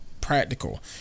practical